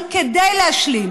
באקסטרני, כדי להשלים.